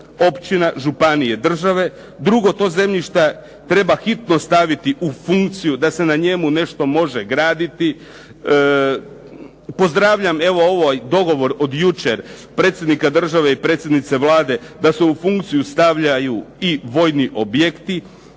općina, županije, države. Drugo, to zemljišta treba hitno staviti u funkciju da se na njemu nešto može graditi. Pozdravljam evo ovaj dogovor od jučer predsjednika države i predsjednice Vlade da se u funkciju stavljaju i vojni objekti.